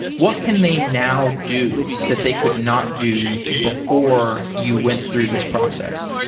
what can they now do that they could not do before you went through this process?